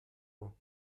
vous